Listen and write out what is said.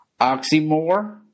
Oxymore